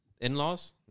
in-laws